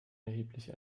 erheblich